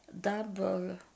double